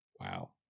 wow